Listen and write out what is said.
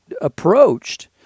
approached